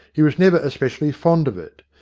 he was never especially fond of it,